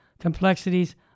complexities